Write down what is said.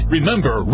Remember